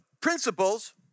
principles